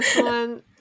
one